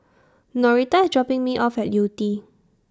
Norita IS dropping Me off At Yew Tee